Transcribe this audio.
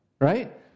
Right